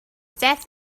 death